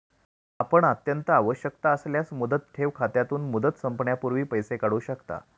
आपण अत्यंत आवश्यकता असल्यास मुदत ठेव खात्यातून, मुदत संपण्यापूर्वी पैसे काढू शकता